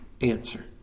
answer